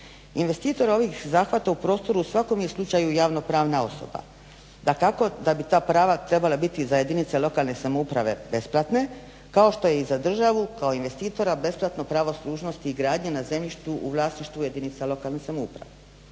Investitor ovih zahvata u prostoru u svakom je slučaju javnopravna osoba. Dakako da bi ta prava trebala biti za jedinice lokalne samouprave besplatne, kao što je i za državu kao investitora besplatno pravo služnosti i gradnje na zemljištu u vlasništvu jedinica lokalne samouprave.